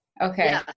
Okay